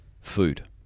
food